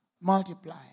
multiply